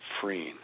freeing